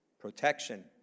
protection